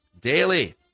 daily